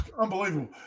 Unbelievable